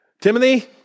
Timothy